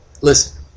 listen